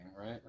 right